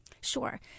Sure